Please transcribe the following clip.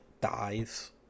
dies